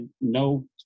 no